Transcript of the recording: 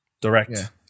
direct